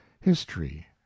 History